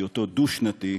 בהיותו דו-שנתי,